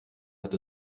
hat